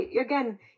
again